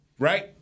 Right